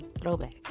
throwback